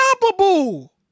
unstoppable